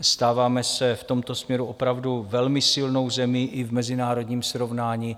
Stáváme se v tomto směru opravdu velmi silnou zemí i v mezinárodním srovnání.